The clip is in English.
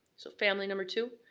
so family number two.